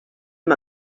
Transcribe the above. amb